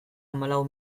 hamalau